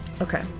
Okay